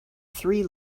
three